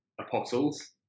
apostles